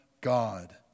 God